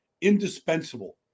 indispensable